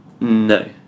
No